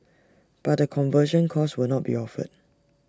but the conversion course will not be offered